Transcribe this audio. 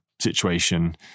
situation